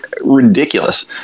ridiculous